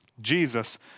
Jesus